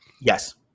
Yes